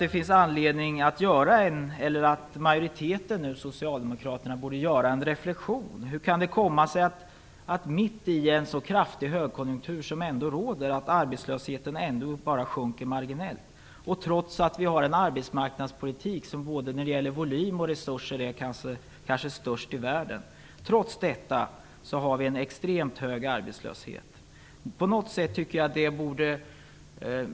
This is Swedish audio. Det finns anledning för socialdemokraterna att reflektera över hur det kan komma sig att arbetslösheten, mitt i en så kraftig högkonjunktur som ändå råder, bara sjunker marginellt. Dessutom har vi en arbetsmarknadspolitik som, både när det gäller volym och resurser, kanske är störst i världen. Trots detta har vi en extremt hög arbetslöshet.